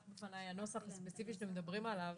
בפניי הנוסח הספציפי שאתם מדברים עליו.